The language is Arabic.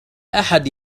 أحد